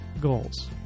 goals